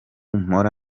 mpora